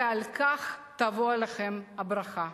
ועל כך תבוא עליכם הברכה.